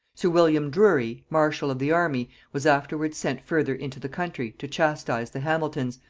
sir william drury, marshal of the army, was afterwards sent further into the country to chastize the hamiltons,